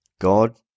God